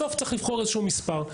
בסוף צריך לבחור איזשהו מספר.